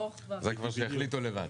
כבר שיחליטו לבד.